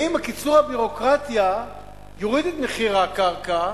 האם קיצור הביורוקרטיה יוריד את מחיר הקרקע,